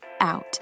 out